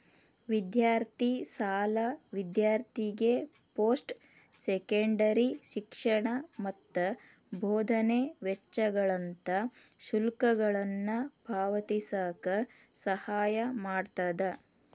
ವಿದ್ಯಾರ್ಥಿ ಸಾಲ ವಿದ್ಯಾರ್ಥಿಗೆ ಪೋಸ್ಟ್ ಸೆಕೆಂಡರಿ ಶಿಕ್ಷಣ ಮತ್ತ ಬೋಧನೆ ವೆಚ್ಚಗಳಂತ ಶುಲ್ಕಗಳನ್ನ ಪಾವತಿಸಕ ಸಹಾಯ ಮಾಡ್ತದ